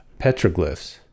petroglyphs